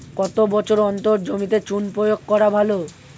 কত বছর অন্তর জমিতে চুন প্রয়োগ করা ভালো?